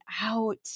out